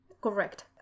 correct